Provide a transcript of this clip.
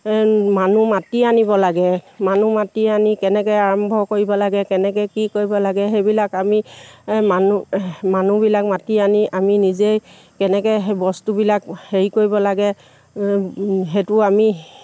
মানুহ মাতি আনিব লাগে মানুহ মাতি আনি কেনেকৈ আৰম্ভ কৰিব লাগে কেনেকৈ কি কৰিব লাগে সেইবিলাক আমি মানুহ মানুহবিলাক মাতি আনি আমি নিজেই কেনেকৈ সেই বস্তুবিলাক হেৰি কৰিব লাগে সেইটো আমি